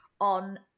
on